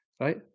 right